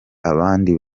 abandi